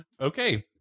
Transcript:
Okay